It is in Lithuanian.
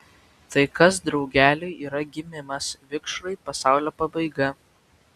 tai kas drugeliui yra gimimas vikšrui pasaulio pabaiga